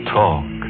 talk